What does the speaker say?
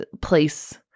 place